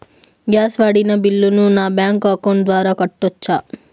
Gas వాడిన బిల్లును నా బ్యాంకు అకౌంట్ ద్వారా కట్టొచ్చా?